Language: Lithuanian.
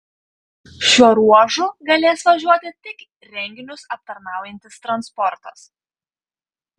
šiuo ruožu galės važiuoti tik renginius aptarnaujantis transportas